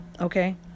okay